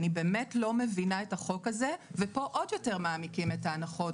אני באמת לא מבינה את החוק הזה ופה עוד יותר מעמיקים את ההנחות.